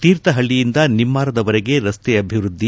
ತೀಥಹಳ್ಳಯಿಂದ ನಿಮ್ಮಾರದವರೆಗೆ ರಸ್ತೆ ಅಭಿವೃದ್ಧಿ